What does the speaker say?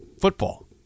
football